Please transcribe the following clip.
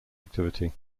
activity